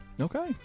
okay